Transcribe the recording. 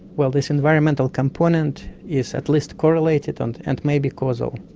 well, this environmental component is at least correlated and and may be causal.